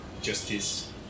justice